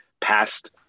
past